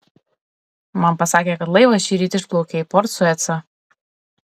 man pasakė kad laivas šįryt išplaukė į port suecą